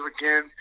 again